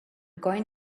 going